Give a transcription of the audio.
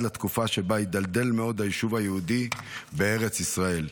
לתקופה שבה הידלדל מאוד היישוב היהודי בארץ ישראל.